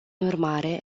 urmare